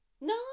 No